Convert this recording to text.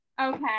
Okay